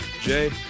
Jay